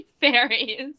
fairies